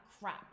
crap